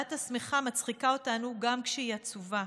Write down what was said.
הבת השמחה מצחיקה אותנו גם כשהיא עצובה,